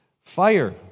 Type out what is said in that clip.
Fire